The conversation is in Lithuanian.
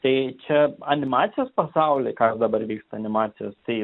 tai čia animacijos pasauly kas dabar vyksta animacijos tai